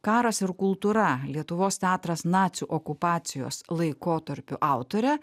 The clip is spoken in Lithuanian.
karas ir kultūra lietuvos teatras nacių okupacijos laikotarpiu autore